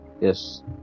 Yes